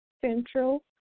central